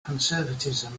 conservatism